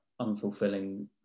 unfulfilling